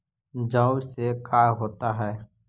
जौ से का होता है?